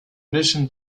addition